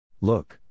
Look